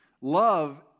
Love